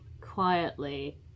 quietly